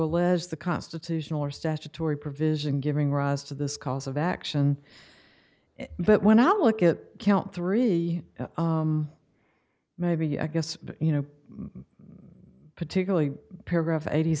allez the constitutional or statutory provision giving rise to this cause of action but when i look at count three maybe i guess you know particularly paragraph eighty